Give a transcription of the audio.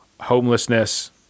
homelessness